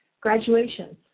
graduations